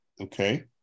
Okay